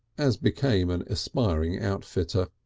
as became an aspiring outfitter.